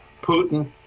Putin